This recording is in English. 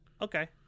Okay